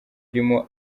urimo